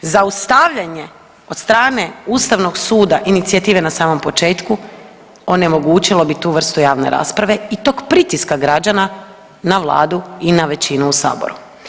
Zaustavljanje od strane ustavnog suda inicijative na samom početku onemogućilo bi tu vrstu javne rasprave i tog pritiska građana na vladu i na većinu u saboru.